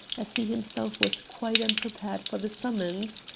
as he himself was quite unprepared for the summons.